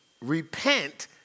repent